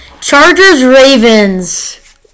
Chargers-Ravens